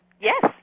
Yes